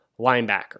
linebacker